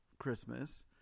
Christmas